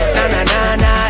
Na-na-na-na